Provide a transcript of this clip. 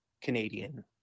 Canadian